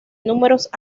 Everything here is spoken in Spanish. números